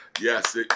Yes